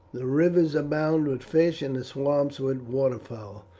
the rivers abound with fish and the swamps with waterfowl.